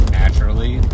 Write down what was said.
naturally